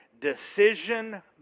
decision